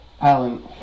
Alan